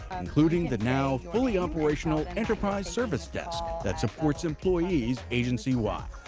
including the now fully-operational enterprise service desk that supports employees agency-wide.